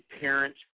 parent